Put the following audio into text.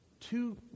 two